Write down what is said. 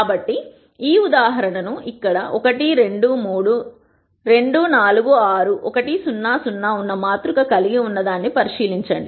కాబట్టి ఈ ఉదాహరణను ఇక్కడ 1 2 3 2 4 6 1 0 0 ఉన్న మాతృక కలిగి ఉన్న దాన్ని పరిశీలించండి